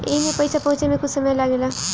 एईमे पईसा पहुचे मे कुछ समय लागेला